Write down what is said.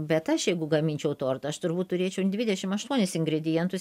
bet aš jeigu gaminčiau tortą aš turbūt turėčiau dvidešim aštuonis ingredientus